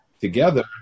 together